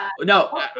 no